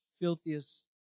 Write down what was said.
filthiest